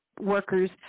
workers